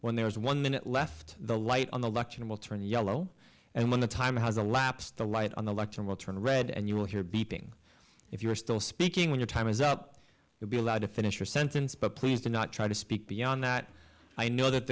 when there is one minute left the light on the election will turn yellow and when the time has elapsed the light on the election will turn red and you will hear beeping if you are still speaking when your time is up you'll be allowed to finish your sentence but please do not try to speak beyond that i know that